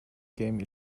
game